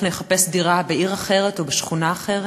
לחפש דירה בעיר אחרת או בשכונה אחרת,